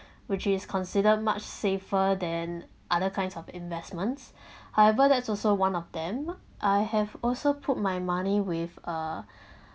which is considered much safer than other kinds of investments however that's also one of them I have also put my money with uh